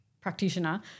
practitioner